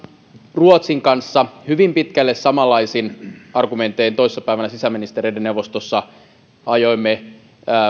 ruotsin kanssa hyvin pitkälle samanlaisin argumentein toissa päivänä sisäministereiden neuvostossa ajoimme